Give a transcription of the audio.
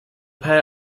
pay